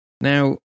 Now